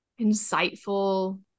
insightful